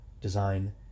design